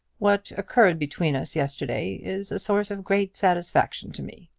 what occurred between us yesterday is a source of great satisfaction to me.